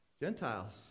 Gentiles